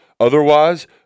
otherwise